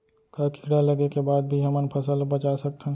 का कीड़ा लगे के बाद भी हमन फसल ल बचा सकथन?